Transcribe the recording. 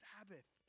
Sabbath